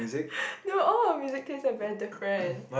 no all of music taste are very different